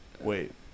Wait